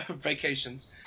vacations